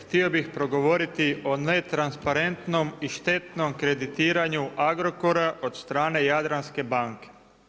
Htio bih progovoriti o netransparentnom i štetnom kreditiranju Agrokora od strane Jadranske banke.